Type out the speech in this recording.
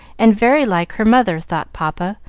and very like her mother, thought papa,